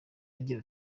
agira